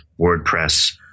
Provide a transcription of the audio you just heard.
WordPress